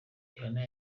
rihanna